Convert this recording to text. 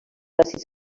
àcids